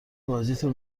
بازیتو